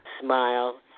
smile